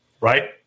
right